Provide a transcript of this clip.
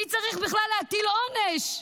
מי צריך בכלל להטיל עונש.